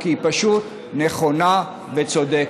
כי היא פשוט נכונה וצודקת.